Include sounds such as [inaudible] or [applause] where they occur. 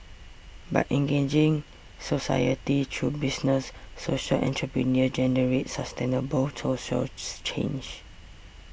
by engaging society through business social entrepreneurs generate sustainable social [unintelligible] change